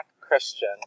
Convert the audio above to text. Christian